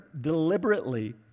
deliberately